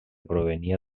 provenia